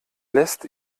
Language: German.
lässt